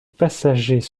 passagers